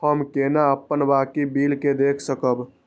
हम केना अपन बाकी बिल के देख सकब?